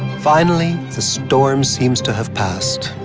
finally, the storm seems to have passed.